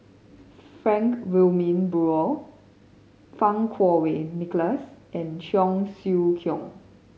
Frank Wilmin Brewer Fang Kuo Wei Nicholas and Cheong Siew Keong